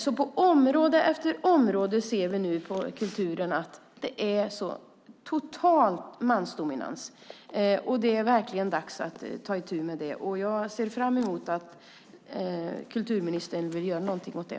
På område efter område inom kulturen ser vi att det är en total mansdominans. Det är verkligen dags att ta itu med det. Jag ser fram emot att kulturministern vill göra något åt det.